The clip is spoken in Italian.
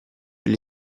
alle